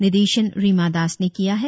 निर्देशन रिमा दास ने किया है